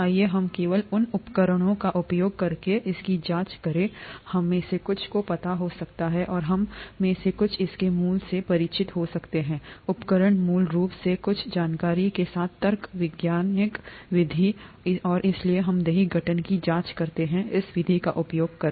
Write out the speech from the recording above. आइए हम केवल उन उपकरणों का उपयोग करके इसकी जांच करें हम में से कुछ को पता हो सकता है और हम में से कुछ इसके मूल से परिचित हो सकते हैं उपकरण मूल रूप से है कुछ जानकारी के साथ तर्क वैज्ञानिक विधि और इसलिए हम दही गठन की जांच करते हैं इस विधि का उपयोग कर